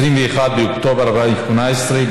21 באוקטובר 2018,